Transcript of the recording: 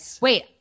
wait